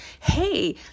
hey